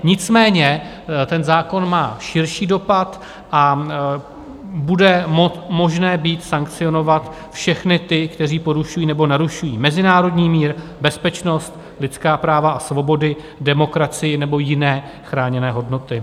Nicméně ten zákon má širší dopad a bude možné sankcionovat všechny ty, kteří porušují nebo narušují mezinárodní mír, bezpečnost, lidská práva a svobody, demokracii nebo jiné chráněné hodnoty.